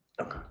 Okay